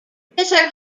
bitter